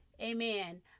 amen